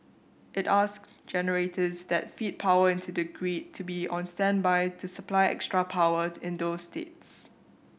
it asked generators that feed power into the grid to be on standby to supply extra power in those states